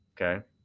Okay